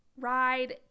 ride